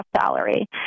salary